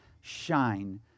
shine